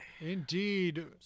Indeed